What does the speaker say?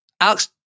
Alex